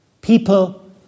People